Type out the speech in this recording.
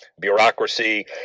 bureaucracy